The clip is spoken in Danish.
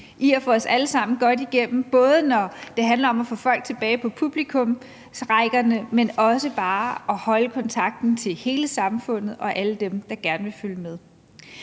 at få os alle sammen godt igennem, både når det handler om at få folk tilbage på publikumsrækkerne, men også når det handler om bare at holde kontakten til hele samfundet og alle dem, der gerne vil følge med.